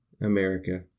America